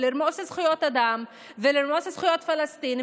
לרמוס זכויות אדם ולרמוס זכויות פלסטינים